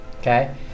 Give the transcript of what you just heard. okay